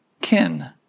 kin